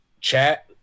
chat